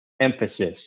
emphasis